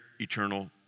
eternal